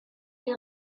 les